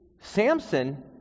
Samson